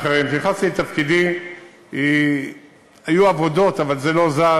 כשנכנסתי לתפקידי היו עבודות, אבל זה לא זז.